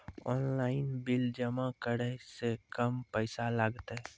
Online bill जमा करै से कम पैसा लागतै?